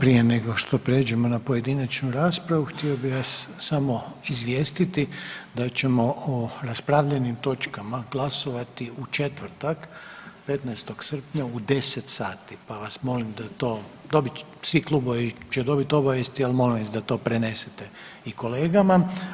Prije nego što pređemo na pojedinačnu raspravu htio bih vas samo izvijestiti da ćemo o raspravljenim točkama glasovati u četvrtak 15. srpnja u 10 sati, pa vas molim da to, svi klubovi će dobit obavijesti, ali molim vas da to prenesete i kolegama.